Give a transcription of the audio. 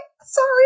Sorry